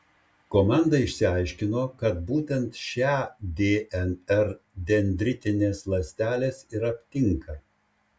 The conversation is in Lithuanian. komanda išsiaiškino kad būtent šią dnr dendritinės ląstelės ir aptinka